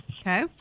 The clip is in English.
Okay